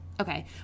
Okay